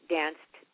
danced